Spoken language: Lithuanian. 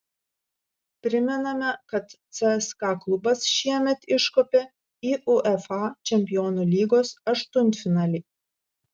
primename kad cska klubas šiemet iškopė į uefa čempionų lygos aštuntfinalį